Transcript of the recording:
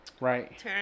right